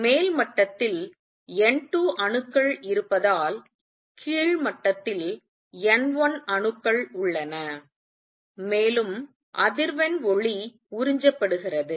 மேல் மட்டத்தில் N2 அணுக்கள் இருப்பதால் கீழ் மட்டத்தில் N1 அணுக்கள் உள்ளன மேலும் அதிர்வெண் ஒளி உறிஞ்சப்படுகிறது